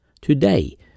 Today